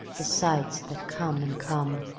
the sights that come and come,